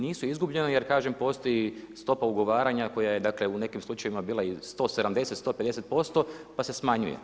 Nisu izgubljeni jer kažem, postoji stopa ugovaranja koja je dakle, u nekim slučajevima bila i 170, 150% pa se smanjuje.